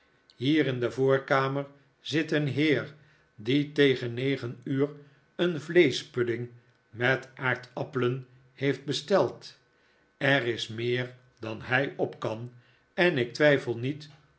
hier in de voorkamer zit een heer die tegen negen uur een vleeschpudding met aardappelen heeft besteld er is meer dan hij op kan en ik twijfel niet